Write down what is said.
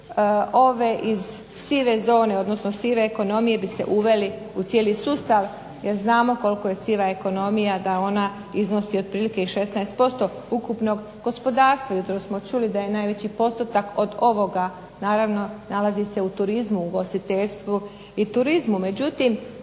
ove iz sive zone, odnosno sive ekonomije bi se uveli u cijeli sustav jer znamo koliko je siva ekonomija da ona iznosi otprilike i 16% ukupnog gospodarstva. Jutros smo čuli da je najveći postotak od ovoga, naravno nalazi se u turizmu u ugostiteljstvu i turizmu.